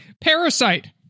Parasite